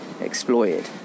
exploited